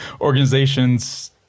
organizations